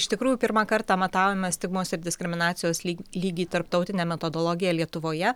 iš tikrųjų pirmą kartą matavome stigmos ir diskriminacijos lyg lygį tarptautine metodologija lietuvoje